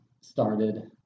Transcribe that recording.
started